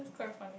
quite funny